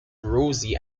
rosie